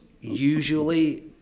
usually